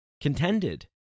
contended